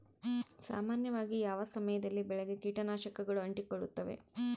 ಸಾಮಾನ್ಯವಾಗಿ ಯಾವ ಸಮಯದಲ್ಲಿ ಬೆಳೆಗೆ ಕೇಟನಾಶಕಗಳು ಅಂಟಿಕೊಳ್ಳುತ್ತವೆ?